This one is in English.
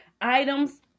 items